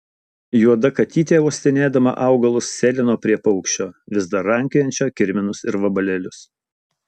juoda katytė uostinėdama augalus sėlino prie paukščio vis dar rankiojančio kirminus ir vabalėlius